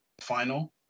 final